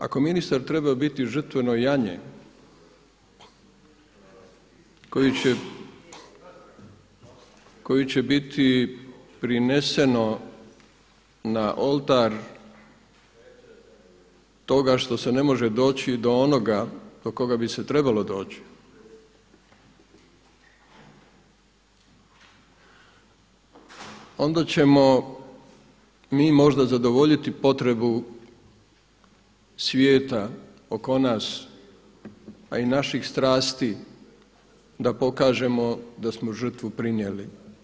Ako ministar treba biti žrtveno janje koji će biti prineseno na oltar toga što se ne može doći do onoga do koga bi se trebalo doći, onda ćemo mi možda zadovoljiti potrebu svijeta oko nas, a i naših strasti da pokažemo da smo žrtvu prinijeli.